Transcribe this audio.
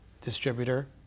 distributor